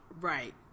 Right